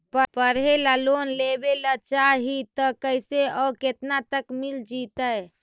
पढ़े ल लोन लेबे ल चाह ही त कैसे औ केतना तक मिल जितै?